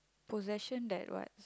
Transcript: possession that what